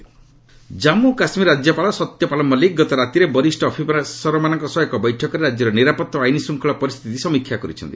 JK governor ଆମି ଜାମ୍ମୁ କାଶ୍ମୀର ରାଜ୍ୟପାଳ ସତ୍ୟପାଲ ମଲ୍ଲିକ ଗତ ରାତିରେ ବରିଷ୍ଣ ଅଫିସରମାନଙ୍କ ସହ ଏକ ବୈଠକରେ ରାଜ୍ୟର ନିରାପତ୍ତା ଓ ଆଇନ୍ ଶୃଙ୍ଖଳା ପରିସ୍ଥିତିର ସମୀକ୍ଷା କରିଛନ୍ତି